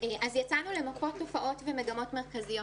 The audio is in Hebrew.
יצאנו למפות תופעות ומגמות מרכזיות.